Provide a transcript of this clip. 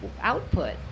output